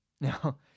now